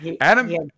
adam